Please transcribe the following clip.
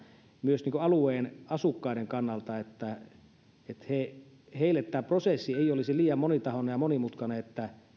myös alueen asukkaiden kannalta että heille tämä prosessi ei olisi liian monitahoinen ja monimutkainen ja että